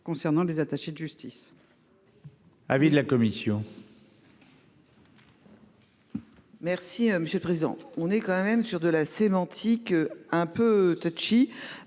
concernant les attachés de justice.